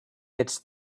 gets